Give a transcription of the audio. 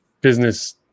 business